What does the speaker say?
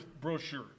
brochure